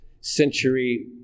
century